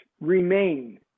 remain